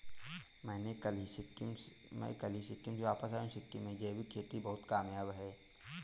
मैं कल ही सिक्किम से वापस आया हूं सिक्किम में जैविक खेती बहुत कामयाब है